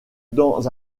dans